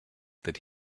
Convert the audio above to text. that